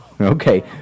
Okay